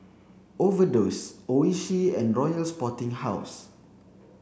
overdose Oishi and Royal Sporting House